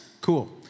Cool